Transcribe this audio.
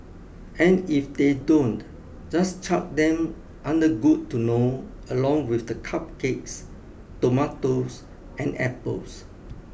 and if they don't just chuck them under good to know along with the cupcakes tomatoes and apples